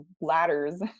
ladders